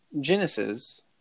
Genesis